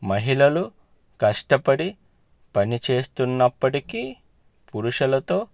మహిళలు కష్టపడి పనిచేస్తున్నప్పటికీ పురుషులతో